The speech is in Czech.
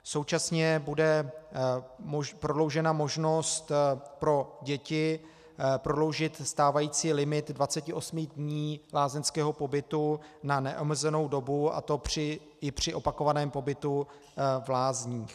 Současně bude prodloužena možnost pro děti prodloužit stávající limit 28 dní lázeňského pobytu na neomezenou dobu, a to i při opakovaném pobytu v lázních.